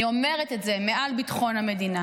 אני אומרת את זה: מעל ביטחון המדינה.